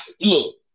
look